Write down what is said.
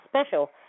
special